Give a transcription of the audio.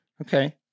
Okay